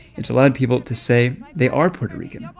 it's allowed people to say they are puerto rican.